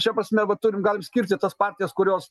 šia prasme va turim galim skirti tas partijas kurios